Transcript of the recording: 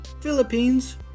Philippines